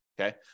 Okay